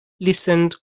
listened